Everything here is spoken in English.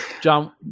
john